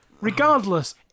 Regardless